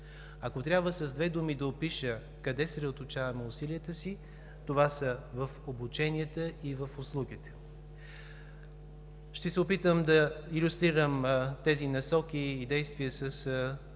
Ако трябва с две думи да опиша къде съсредоточаваме усилията си, това са обученията и услугите. Ще се опитам да илюстрирам тези насоки и действия